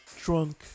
drunk